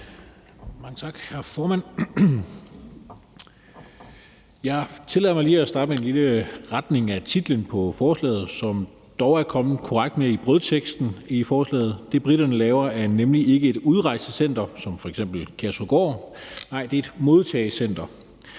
Jeg tillader mig lige at starte med en lille rettelse til titlen på forslaget, som dog er blevet skrevet korrekt i brødteksten i forslaget. Det, briterne laver, er nemlig ikke et udrejsecenter som f.eks. Kærshovedgård, men et modtagecenter.